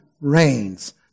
reigns